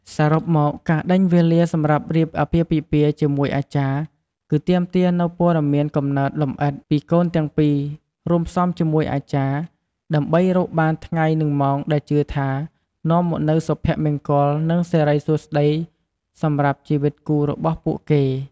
សរុបមក ការដេញវេលាសម្រាប់រៀបអាពាហ៍ពិពាហ៍ជាមួយអាចារ្យ គឺទាមទារនូវ ព័ត៌មានកំណើតលម្អិត ពីកូនទាំងពីរ រួមផ្សំជាមួយ អាចារ្យ ដើម្បីរកបានថ្ងៃនិងម៉ោងដែលជឿថា នាំមកនូវសុភមង្គល និងសិរីសួស្ដីសម្រាប់ជីវិតគូរបស់ពួកគេ។